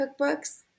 cookbooks